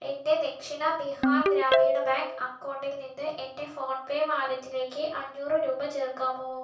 എൻ്റെ ദക്ഷിണ ബീഹാർ ഗ്രാമീണ ബാങ്ക് അക്കൗണ്ടിൽ നിന്ന് എൻ്റെ ഫോൺപേ വാലറ്റിലേക്ക് അഞ്ഞൂറ് രൂപ ചേർക്കാമോ